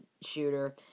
shooter